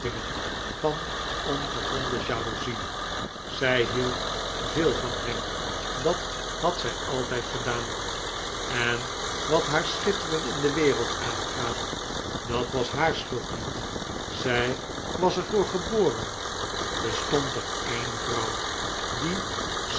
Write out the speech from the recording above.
van ongegronde jaloezie zij hield veel van hem dat had zij altijd gedaan en wat haar schitteren in de wereld aangaat dat was haar schuld niet zij was er voor geboren bestond er een vrouw die